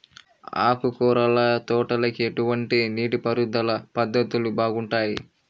ఆకుకూరల తోటలకి ఎటువంటి నీటిపారుదల పద్ధతులు బాగుంటాయ్?